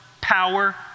power